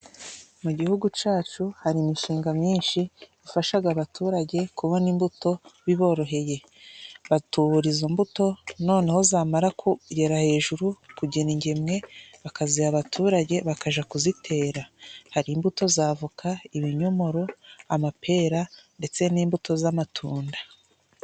Mu gihugu cyacu hari imishinga myinshi yafashaga abaturage kubona imbuto biboroheye. Batubura izo mbuto noneho zamara kugera hejuru kugena ingemwe bakaziha abaturage bakaja kuzitera. Hari imbuto za avoka, ibinyomoro amapera ndetse n'imbuto z'amatunda.